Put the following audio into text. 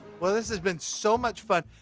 well this has been so much fun.